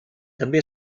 també